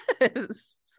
yes